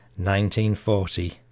1940